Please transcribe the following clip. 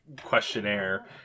questionnaire